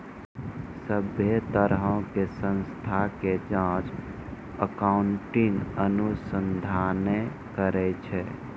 सभ्भे तरहो के संस्था के जांच अकाउन्टिंग अनुसंधाने करै छै